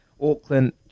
Auckland